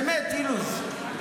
באמת, אילוז.